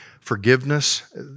forgiveness